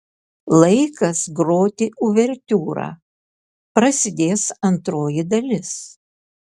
laikas groti uvertiūrą prasidės antroji dalis